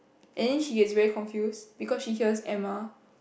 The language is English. and then she gets very confused because she hears Emma